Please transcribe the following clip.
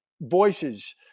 voices